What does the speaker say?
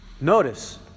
Notice